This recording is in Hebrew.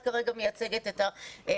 את כרגע מייצגת את המשרד.